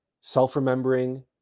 self-remembering